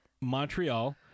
Montreal